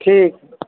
ठीक हइ